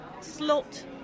slot